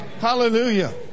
Hallelujah